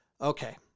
Okay